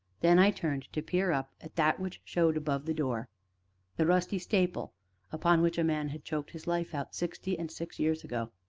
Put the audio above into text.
then i turned to peer up at that which showed above the door the rusty staple upon which a man had choked his life out sixty and six years ago.